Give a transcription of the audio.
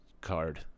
card